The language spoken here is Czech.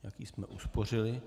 Taky jsme uspořili.